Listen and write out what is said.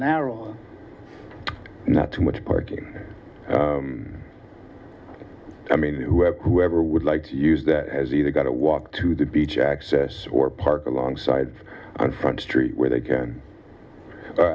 narrow and not too much parking i mean whoever whoever would like to use that has either got to walk to the beach access or park along sides and front street where they can